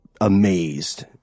amazed